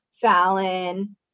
Fallon